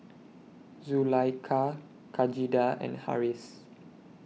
Zulaikha Khadija and Harris